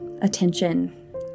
Attention